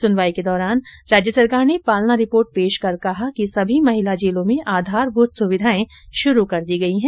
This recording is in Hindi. सुनवाई के दौरान राज्य सरकार ने पालना रिपोर्ट पेश कर कहा कि सभी महिला जेलों में आधारमूत सुविघाएं शुरू कर दी गई हैं